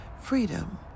freedom